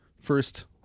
First